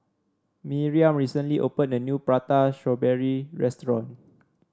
Miriam recently open a new Prata Strawberry restaurant